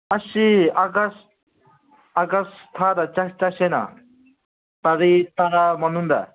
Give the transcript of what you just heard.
ꯑꯁ ꯁꯤ ꯑꯥꯒꯁ ꯑꯥꯒꯁ ꯊꯥꯗ ꯆꯠꯁꯤꯅ ꯇꯥꯔꯤꯛ ꯇꯔꯥ ꯃꯅꯨꯡꯗ